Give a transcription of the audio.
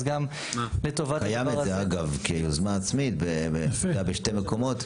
אז גם לטובת הדבר הזה --- זה קיים כיוזמה עצמית בשני מקומות.